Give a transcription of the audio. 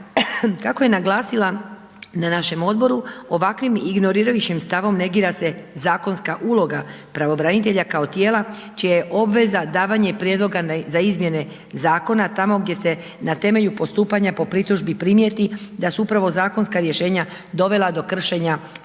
Kako je naglasila, na našem Odboru, ovakvim, ignorirajući stavom, negira se zakonska uloga pravobranitelja, kao tijela, čija je obveza davanje prijedloga za izmjene zakona, tamo gdje se na temelju nastupanja, po pritužbi primijeti, da su upravo zakonska rješenja, dovela do kršenja prava osoba